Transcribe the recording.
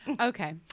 Okay